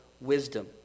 wisdom